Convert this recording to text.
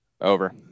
Over